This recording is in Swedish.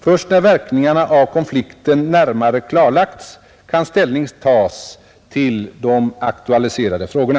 Först när verkningarna av konflikten närmare klarlagts kan ställning tas till de aktualiserade frågorna.